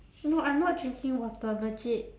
no I'm not drinking water legit